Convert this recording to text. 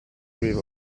grieve